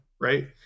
right